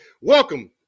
welcome